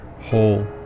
whole